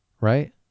right